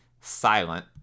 silent